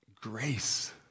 grace